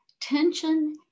tension